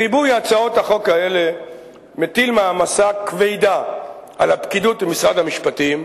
ריבוי הצעות החוק האלה מטיל מעמסה כבדה על הפקידות במשרד המשפטים,